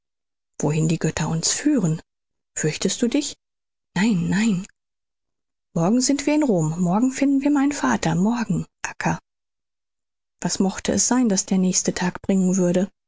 wohin die götter uns führen fürchtest du dich nein nein morgen sind wir in rom morgen finden wir meinen vater morgen acca was mochte es sein das der nächste tag bringen würde